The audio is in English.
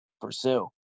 pursue